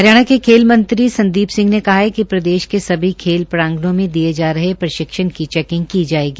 हरियाणा के खेल मंत्री संदीप सिंह ने कहा है कि प्रदेश के सभी खेल प्रांगणों में दिये जा रहे प्रशिक्षण की चैकिंग की जायेगी